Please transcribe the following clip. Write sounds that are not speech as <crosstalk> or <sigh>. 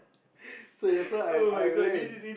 <laughs> so that's why I I went